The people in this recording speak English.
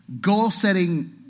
goal-setting